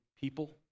people